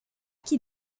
qui